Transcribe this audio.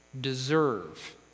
Deserve